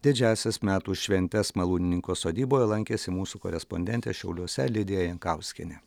didžiąsias metų šventes malūnininko sodyboje lankėsi mūsų korespondentė šiauliuose lidija jankauskienė